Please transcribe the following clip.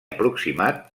aproximat